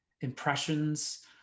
impressions